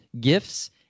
gifts